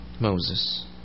Moses